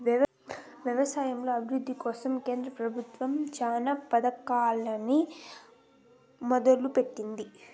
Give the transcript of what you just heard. వ్యవసాయంలో అభివృద్ది కోసం కేంద్ర ప్రభుత్వం చానా పథకాలనే మొదలు పెట్టింది